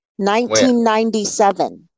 1997